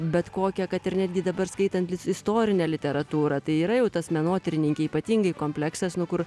bet kokią kad ir netgi dabar skaitant istorinę literatūrą tai yra jau tas menotyrininkei ypatingai kompleksas nu kur